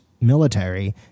military